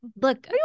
Look